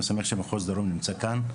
אז אני שמח שמחוז דרום נמצא כאן,